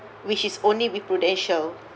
which is only with prudential